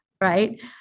right